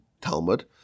Talmud